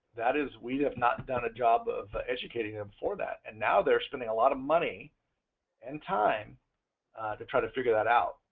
that is we have not done a job of educating them for that and now they are spending a lot of money and time to try to figure that out.